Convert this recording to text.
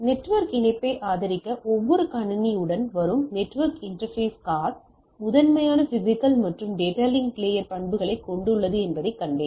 network இணைப்பை ஆதரிக்க ஒவ்வொரு கணினியுடனும் வரும் நெட்வொர்க் இன்டர்பேஸ் கார்டு முதன்மையாக பிஸிக்கல் மற்றும் டேட்டா லிங்க் லேயர் பண்புகளை கொண்டுள்ளது என்பதையும் கண்டேன்